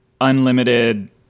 unlimited